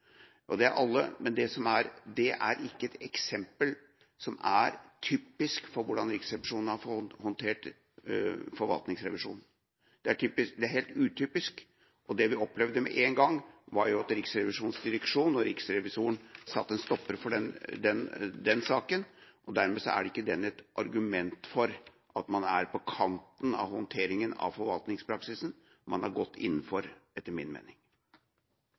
og det er alle. Men det er ikke et eksempel som er typisk for hvordan Riksrevisjonen har håndtert forvaltningsrevisjonen. Det er helt utypisk, og det vi opplevde med en gang, var at Riksrevisjonens direksjon og riksrevisoren satte en stopper for den saken. Dermed er ikke den et argument for at man er på kanten av håndteringa av forvaltningspraksisen – man er godt innenfor, etter min mening.